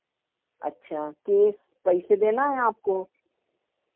अच्छा केस पैसे देना है आपको